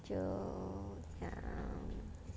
就讲